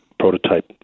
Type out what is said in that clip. prototype